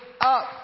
up